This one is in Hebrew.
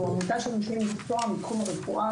אנחנו עמותה של אנשי מקצוע מתחום הרפואה,